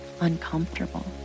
uncomfortable